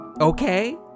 Okay